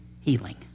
healing